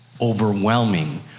overwhelming